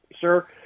sir